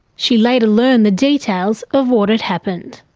she later learned the details of what had happened.